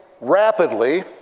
rapidly